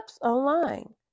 online